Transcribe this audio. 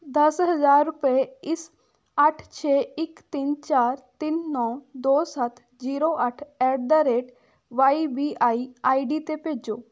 ਦਸ ਹਜ਼ਾਰ ਰੁਪਏ ਇਸ ਅੱਠ ਛੇ ਇੱਕ ਤਿੰਨ ਚਾਰ ਤਿੰਨ ਨੌ ਦੋ ਸੱਤ ਜ਼ੀਰੋ ਅੱਠ at the rate Y B I I D 'ਤੇ ਭੇਜੋ